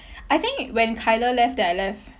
I think when tyler left then I left